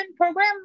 program